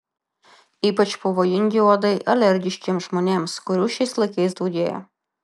ypač pavojingi uodai alergiškiems žmonėms kurių šiais laikais daugėja